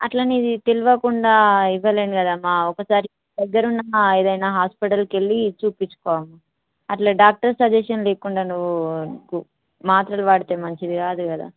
అట్లా నీది తెలియకుండా ఇవ్వలేను కదమ్మ ఒకసారి దగ్గర ఉన్న ఏదన్న హాస్పిటల్కు వెళ్ళి చూపించుకో అట్లా డాక్టర్ సజెషన్ లేకుండా నువ్వు మాత్రలు వాడితే మంచిది కాదు కదా